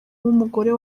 umugore